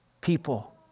people